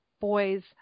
boys